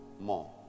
more